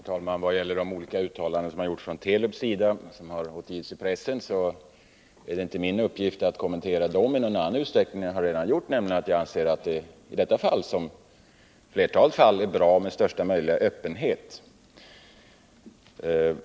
Herr talman! Vad gäller de olika uttalanden som gjorts från Telubs sida och som återgivits i pressen, är det inte min uppgift att kommentera dem i någon större utsträckning. Jag har redan sagt att jag i detta fall, som i flertalet andra fall, anser att det är bra med största möjliga öppenhet.